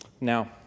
Now